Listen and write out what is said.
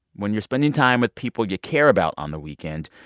when you're spending time with people you care about on the weekend,